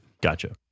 Gotcha